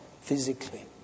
physically